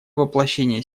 воплощение